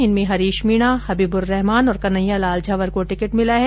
इनमें हरीश मीणा हबीब्रहमान और कन्हैयालाल झंवर को टिकिट मिला है